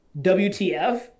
WTF